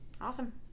Awesome